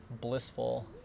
blissful